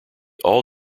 all